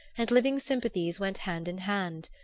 and living sympathies went hand in hand.